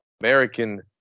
American